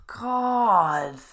God